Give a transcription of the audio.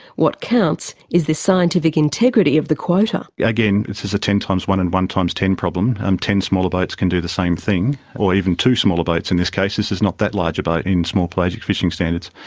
what counts is the scientific integrity of the quota. again, this is ten times one and one times ten problem. um ten smaller boats can do the same thing, or even two smaller boats in this case this is not that large a boat in small pelagic fishing standards.